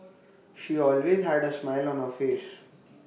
she always had A smile on her face